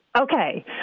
Okay